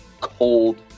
cold